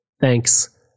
Thanks